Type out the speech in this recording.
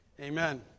Amen